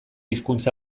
hizkuntza